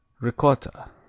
Ricotta